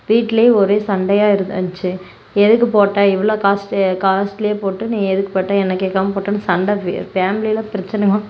வீட்லையும் ஒரே சண்டையாக இரு இந்துச்சி எதுக்கு போட்ட இவ்ளோ காஸ் வே காஸ்ட்லியாக போட்டு நீ எதுக்கு போட்ட என்ன கேட்காம போட்டன்னு சண்டை வி ஃபேம்லியில பிரச்சனை தான்